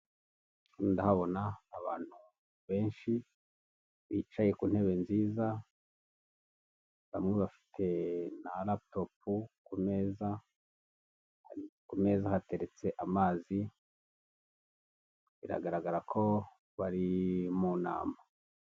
Hano ndahabona abantu benshi bicaye ku ntebe nziza bamwe bafite na raputopu ku meza. Ku meza hateretse amazi biragaragara ko bari mu nama.